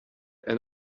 and